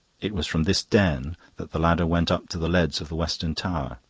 it was from this den that the ladder went up to the leads of the western tower.